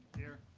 here.